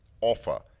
offer